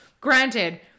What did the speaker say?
Granted